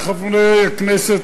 חברי חברי הכנסת,